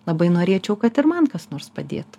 labai norėčiau kad ir man kas nors padėtų